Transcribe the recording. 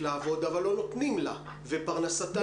לעבוד אבל לא נותנים לה ופרנסתה נפגעת.